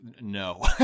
no